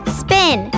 spin